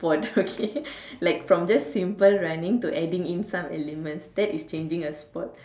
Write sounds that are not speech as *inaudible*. sport okay *laughs* like from just simple running to adding in some elements that is changing a sport